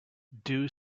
due